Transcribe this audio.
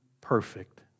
perfect